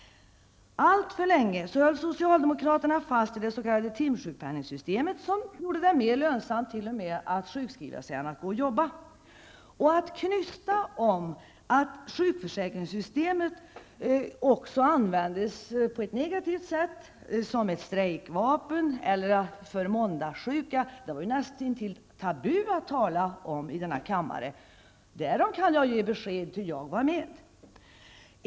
Alltför länge höll socialdemokraterna fast vid det s.k. timsjukpenningssystemet, som t.o.m. gjorde det mer lönsamt att sjukskriva sig än att gå och jobba. Att knysta om att sjukförsäkringssystemet också användes på ett negativt sätt, som ett strejkvapen eller vid ''måndagssjuka'', var näst intill tabu i denna kammare. Därom kan jag ge besked, ty jag var med.